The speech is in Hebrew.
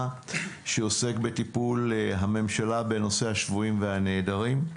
שעוסק בטיפול הממשלה בנושא השבויים והנעדרים.